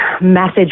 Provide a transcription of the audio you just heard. message